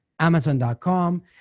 amazon.com